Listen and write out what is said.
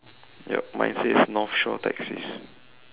yup mine says north shore taxis